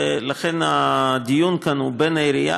ולכן הדיון כאן הוא בין העירייה